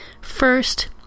First